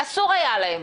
אסור היה להם.